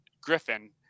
Griffin